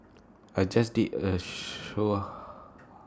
I just did A